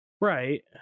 Right